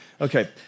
Okay